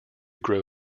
grow